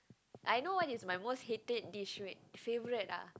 I know what is my most hated dish wait favourite ah